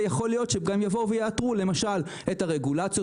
יכול להיות שגם יאתרו למשל את הרגולציות